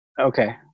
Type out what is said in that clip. Okay